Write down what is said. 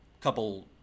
couple